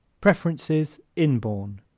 preferences inborn